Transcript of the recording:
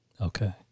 Okay